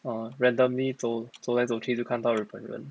uh randomly 走走来走去就看到日本人